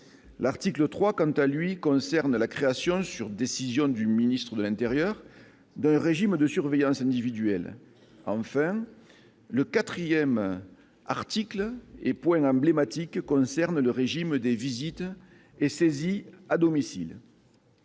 L'article 3, quant à lui, concerne la création, sur décision du ministre de l'intérieur, d'un régime de surveillance individuelle. Enfin, le quatrième point emblématique est le régime des visites et saisies à domicile.